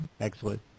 Excellent